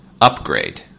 upgrade